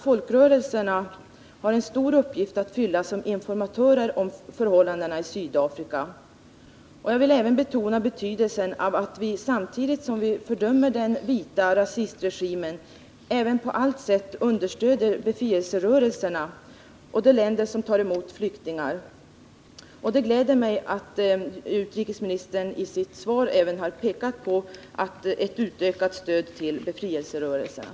Folkrörelserna har här en stor uppgift att fylla som informatörer om förhållandena i Sydafrika. Jag vill även betona betydelsen av att vi samtidigt som vi fördömer den vita rasistregimen på allt sätt understödjer befrielserörelserna och de länder som tar emot flyktingar. Och det gläder mig att utrikesministern i sitt svar även har pekat på ett utökat stöd till befrielserörelserna.